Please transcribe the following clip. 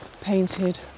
painted